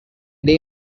they